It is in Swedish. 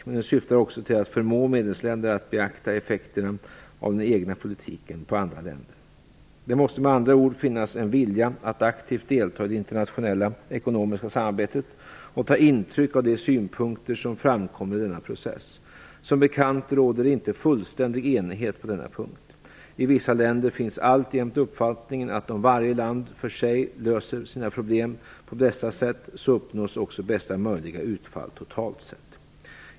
Men den syftar också till att förmå medlemsländerna att beakta effekterna av den egna politiken på andra länder. Det måste med andra ord finnas en vilja att aktivt delta i det internationella ekonomiska samarbetet och ta intryck av de synpunkter som framkommer i denna process. Som bekant råder det inte fullständig enighet på denna punkt. I vissa länder finns alltjämt uppfattningen, att om varje land för sig söker lösa sina problem på bästa sätt så uppnås också bästa möjliga utfall totalt sett.